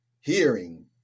hearing